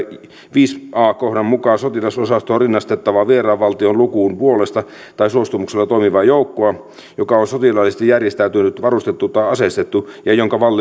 viisi a kohdan mukaan sotilasosastoon rinnastettavaa vieraan valtion lukuun puolesta tai suostumuksella toimivaa joukkoa joka on sotilaallisesti järjestäytynyt varustettu tai aseistettu ja jonka